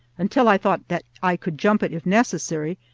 until i thought that i could jump it if necessary,